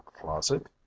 Closet